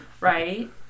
Right